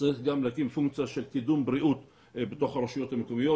צריך להקים גם פונקציה של קידום בריאות בתוך הרשויות המקומיות